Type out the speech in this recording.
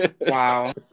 Wow